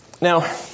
Now